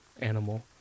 animal